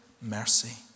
mercy